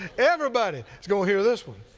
everybody is going to hear this one.